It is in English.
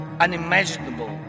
unimaginable